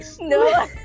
No